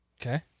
okay